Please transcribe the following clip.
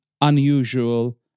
unusual